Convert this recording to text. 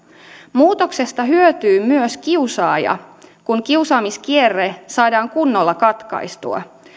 muutoksesta hyötyy myös kiusaaja kun kiusaamiskierre saadaan kunnolla katkaistua